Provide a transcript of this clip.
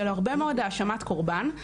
של הרבה מאוד האשמת קורבן,